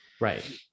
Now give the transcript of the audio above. right